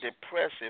depressive